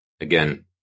again